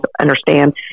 understand